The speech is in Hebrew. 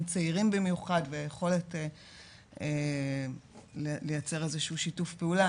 צעירים במיוחד ויכולת לייצר איזשהו שיתוף פעולה.